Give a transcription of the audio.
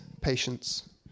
patience